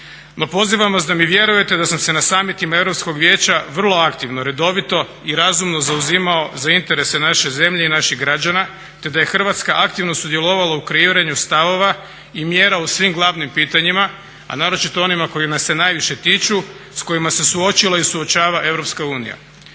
No pozivam vas da mi vjerujete da sam se na summitima Europskog vijeća vrlo aktivno, redovito i razumno zauzimao za interese naše zemlje i naših građana te da je Hrvatska aktivno sudjelovala u kreiranju stavova i mjera u svim glavnim pitanjima, a naročito onima koji nas se najviše tiču, s kojima se suočila i suočava EU.